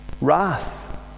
wrath